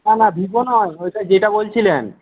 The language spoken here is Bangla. না না ভিভো নয় ওইটা যেটা বলছিলেন